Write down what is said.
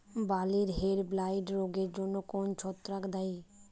বার্লির হেডব্লাইট রোগের জন্য কোন ছত্রাক দায়ী?